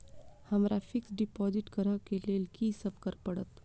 हमरा fix deposit करऽ केँ लेल की सब करऽ पड़त?